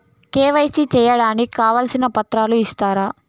KYC సేయడానికి కావాల్సిన పత్రాలు ఇస్తారా?